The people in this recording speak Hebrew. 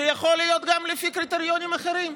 וזה יכול להיות גם לפי קריטריונים אחרים.